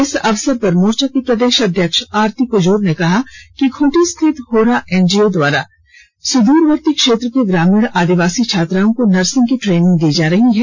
इस अवसर पर मोर्चा की प्रदेश अध्यक्ष आरती कुजूर ने कहा कि खूंटी स्थित होरा एनजीओ के द्वारा सुदूरवर्ती क्षेत्र के ग्रामीण आदिवासी छात्राओं को नर्सिंग की ट्रेनिंग दी जा रही है